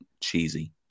cheesy